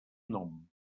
nom